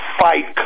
fight